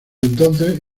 entonces